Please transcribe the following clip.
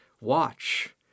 watch